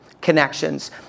connections